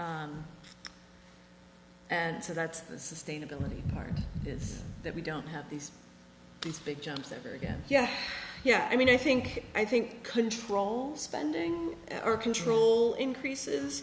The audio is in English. expenses and so that's the sustainability part is that we don't have these these big jumps over again yeah yeah i mean i think i think control spending or control increases